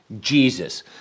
Jesus